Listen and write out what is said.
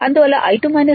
అందువల్లI2 I1 తో 8